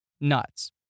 nuts